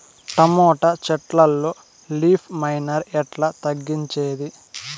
Tomato చెట్లల్లో leaf miner ఎట్లా తగ్గించేది?